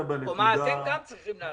ומה אתם גם צריכים לעשות?